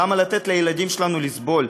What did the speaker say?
למה לתת לילדים שלנו לסבול?